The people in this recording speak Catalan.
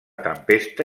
tempesta